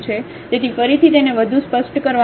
તેથી ફરીથી તેને વધુ સ્પષ્ટ કરવા માટે